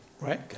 right